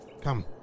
Come